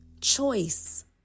choice